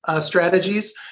strategies